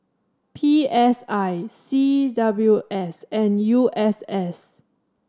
P S I C W S and U S S